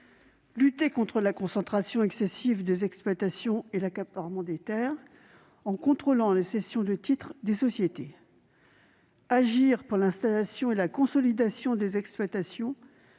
lutter contre la concentration excessive des exploitations et l'accaparement des terres, en contrôlant les cessions de titres des sociétés ; d'autre part, agir pour l'installation et la consolidation des exploitations,